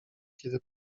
kiedy